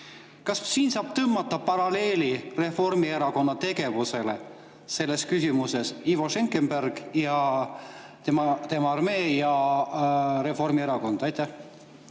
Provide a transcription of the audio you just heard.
Kas siin saab tõmmata paralleeli Reformierakonna tegevusega selles küsimuses: Ivo Schenkenberg ja tema armee ning Reformierakond? Aitäh!